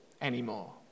anymore